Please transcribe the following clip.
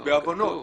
אז בעוונות.